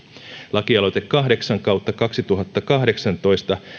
lakialoite kahdeksan kautta kaksituhattakahdeksantoista